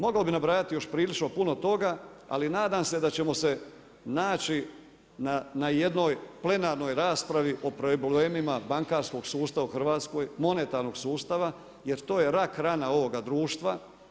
Mogao bih nabrajati još prilično puno toga, ali nadam se da ćemo se naći na jednoj plenarnoj raspravi o problemima bankarskog sustava u Hrvatskoj, monetarnog sustava jer to je rak rana ovoga društva.